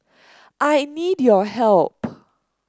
I need your help